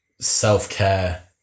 self-care